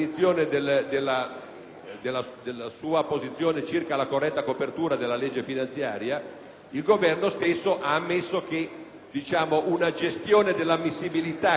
della sua posizione circa la corretta copertura della legge finanziaria, ha ammesso che una gestione dell'ammissibilità che renda compatibile,